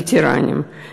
הווטרנים,